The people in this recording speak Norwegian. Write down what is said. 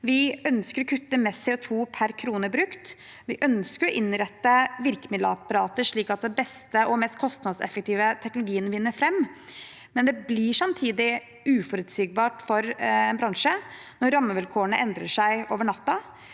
Vi ønsker å kutte mest CO2 per krone brukt, og vi ønsker å innrette virkemiddelapparatet slik at den beste og mest kostnadseffektive teknologien vinner fram. Samtidig blir det uforutsigbart for bransjen når rammevilkårene endrer seg over natten.